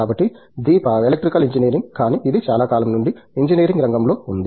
కాబట్టి దీపా electrical engineering కాని ఇది చాలా కాలం నుండి ఇంజనీరింగ్ రంగం లో ఉంది